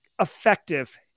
Effective